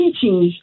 teachings